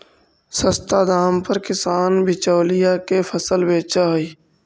सस्ता दाम पर किसान बिचौलिया के फसल बेचऽ हइ